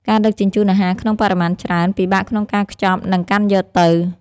ការដឹកជញ្ជូនអាហារក្នុងបរិមាណច្រើន ពិបាកក្នុងការខ្ចប់ និងកាន់យកទៅ។